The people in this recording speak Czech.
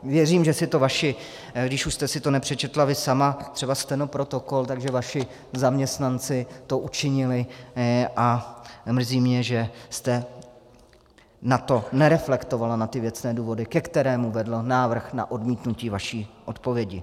Věřím, že si to vaši, když už jste si to nepřečetla vy sama, třeba stenoprotokol, že vaši zaměstnanci to učinili, a mrzí mě, že jste na to nereflektovala, na ty věcné důvody, které vedly k návrhu na odmítnutí vaší odpovědi.